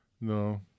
No